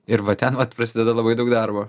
ir va ten prasideda labai daug darbo